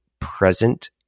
present